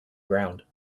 ground